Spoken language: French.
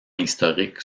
historique